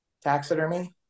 taxidermy